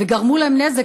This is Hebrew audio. וגרמו להם נזק,